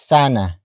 Sana